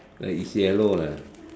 uh it's yellow lah